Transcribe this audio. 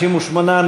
58,